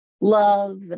love